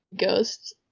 ghosts